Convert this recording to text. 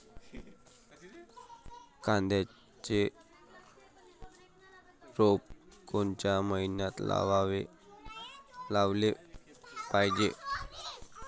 कांद्याचं रोप कोनच्या मइन्यात लावाले पायजे?